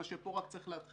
מה שפה רק צריך להתחיל.